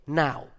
now